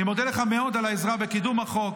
אני מודה לך מאוד על העזרה בקידום החוק,